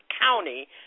County